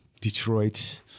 Detroit